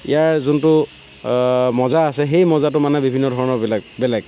ইয়াৰ যোনটো মজা আছে সেই মজাটো মানে বিভিন্ন ধৰণৰ বেলেগ বেলেগ